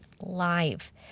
live